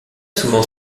souvent